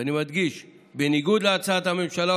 ואני מדגיש: בניגוד להצעת הממשלה,